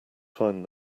find